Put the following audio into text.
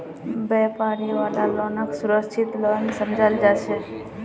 व्यापारी वाला लोनक सुरक्षित लोन समझाल जा छे